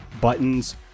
buttons